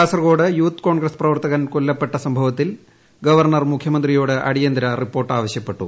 Kasaragod youth Congress പ്രവർത്തകർ കൊല്ലപ്പെട്ട സംഭവത്തിൽ ഗവർണർ മുഖ്യമന്ത്രിയോട് അടിയ്ന്ത്ര റിപ്പോർട്ട് ആവശ്യപ്പെട്ടു